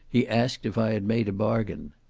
he asked if i had made a bargain.